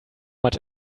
much